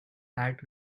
hat